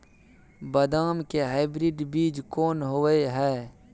बदाम के हाइब्रिड बीज कोन होय है?